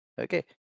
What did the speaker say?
Okay